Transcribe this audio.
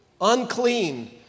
unclean